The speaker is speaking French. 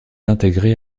intégrée